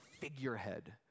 figurehead